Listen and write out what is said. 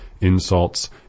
insults